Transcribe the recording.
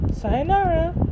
sayonara